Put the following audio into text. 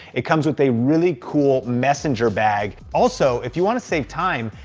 it comes with a really cool messenger bag. also, if you wanna save time,